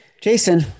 Jason